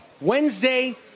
Wednesday